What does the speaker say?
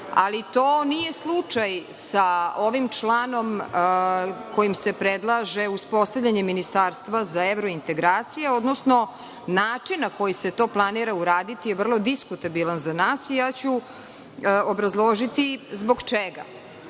ali to nije slučaj sa ovim članom kojim se predlaže uspostavljanje ministarstva za evrointegracije. Odnosno način na koji se to planira je veoma diskutabilan i ja ću obrazložiti zbog čega.